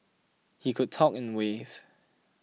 he could talk and wave